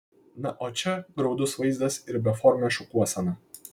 na o čia graudus vaizdas ir beformė šukuosena